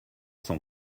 cent